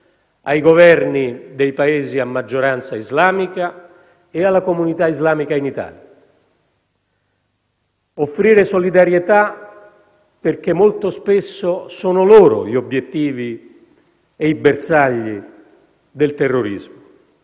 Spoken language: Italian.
ai Governi dei Paesi a maggioranza islamica e alla comunità islamica in Italia. Offrire solidarietà, perché molto spesso sono loro gli obiettivi e i bersagli del terrorismo,